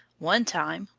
one time,